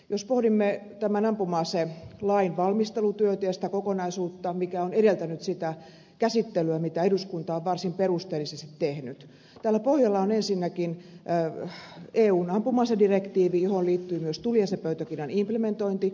jos pohdimme tämän ampuma aselain valmistelutyötä ja sitä kokonaisuutta mikä on edeltänyt sitä käsittelyä mitä eduskunta on varsin perusteellisesti tehnyt täällä pohjalla on ensinnäkin eun ampuma asedirektiivi johon liittyy myös tuliasepöytäkirjan implementointi